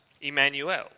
Emmanuel